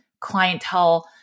clientele